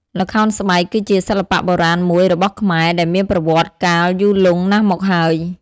ល្ខោនស្បែកគឺជាសិល្បៈបុរាណមួយរបស់ខ្មែរដែលមានប្រវត្តិកាលយូរលង់ណាស់មកហើយ។